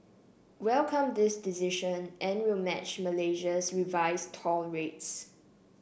welcome this decision and will match Malaysia's revised toll rates